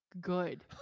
Good